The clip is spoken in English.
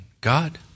God